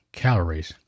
calories